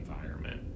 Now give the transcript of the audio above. environment